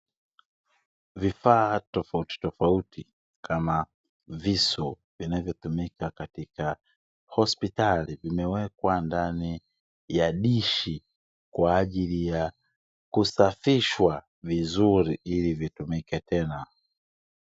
Vifaa tofautitofauti, kama visu, vinavyotumika katika hospitali, vimewekwa ndani ya dishi, kwa ajili ya kusafishwa vizuri ili vitumike tena.